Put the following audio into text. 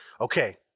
Okay